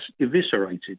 eviscerated